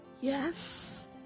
yes